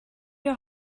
your